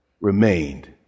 remained